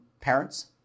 parents